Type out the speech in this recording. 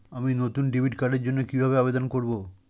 আমি নতুন ডেবিট কার্ডের জন্য কিভাবে আবেদন করব?